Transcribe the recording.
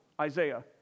Isaiah